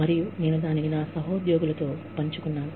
మరియు నేను దానిని నా సహోద్యోగులతో పంచుకున్నాను